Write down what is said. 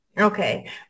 okay